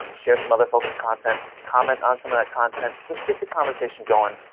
um share some other folks' content, comment on some of that content. just get the conversation going,